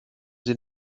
sie